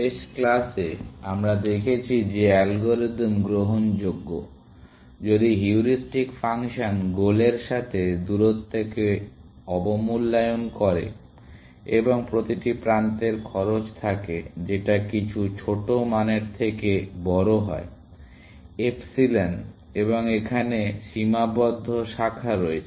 শেষ ক্লাসে আমরা দেখেছি যে অ্যালগরিদম গ্রহণযোগ্য যদি হিউরিস্টিক ফাংশন গোলের সাথে দূরত্বকে অবমূল্যায়ন করে এবং প্রতিটি প্রান্তের খরচ থাকে যেটা কিছু ছোট মানের থেকে বোরো হয় এপসিলন এবং এখানে সীমাবদ্ধ শাখা রয়েছে